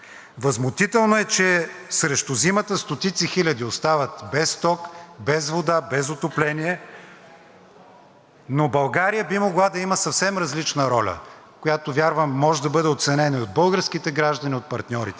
но България би могла да има съвсем различна роля, която, вярвам, може да бъде оценена и от българските граждани, и от партньорите ни. Вярвам, че България може да бъде страна, която работи за мира, а не за задълбочаване на военния конфликт.